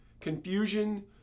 confusion